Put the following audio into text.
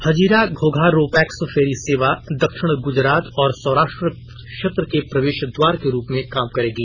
Hazira Ghogha ro pax ferry सेवा दक्षिण ग्जरात और सौराष्ट्र क्षेत्र के प्रवेश द्वार के रूप में काम करेगी